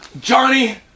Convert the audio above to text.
Johnny